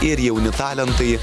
ir jauni talentai